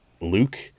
Luke